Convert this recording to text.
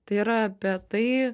tai yra apie tai